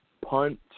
punt